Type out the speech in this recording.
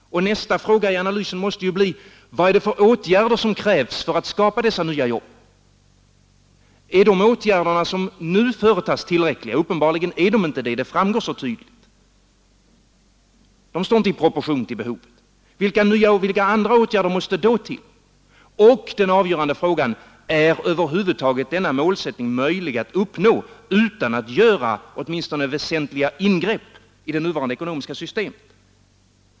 Nästa steg i analysen måste ju bli att fastställa vilka åtgärder som krävs för att skapa dessa nya jobb. Är de åtgärder som nu företas tillräckliga? Uppenbarligen är de inte det — det framgår så tydligt. De står inte i proportion till behovet. Vilka nya och andra åtgärder måste då till? Och — den avgörande frågan — är över huvud taget denna målsättning möjlig att förverkliga utan att man gör åtminstone väsentliga ingrepp i det nuvarande ekonomiska systemet?